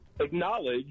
acknowledge